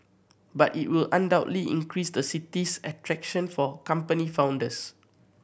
but it will undoubtedly increase the city's attraction for company founders